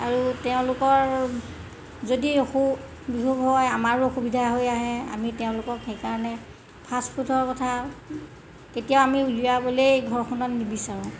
আৰু তেওঁলোকৰ যদি অসুখ বিসুখ হয় আমাৰো অসুবিধা হৈ আহে আমি তেওঁলোকক সেইকাৰণে ফাষ্টফুডৰ কথা কেতিয়াও আমি উলিয়াবলেই ঘৰখনত নিবিচাৰোঁ